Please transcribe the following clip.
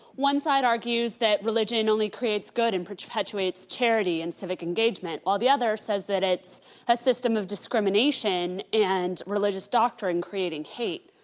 one side argues that religion and only creates good and perpetuates charity and civic engagement while the other says that it's a system of discrimination and religious doctrine creating hate.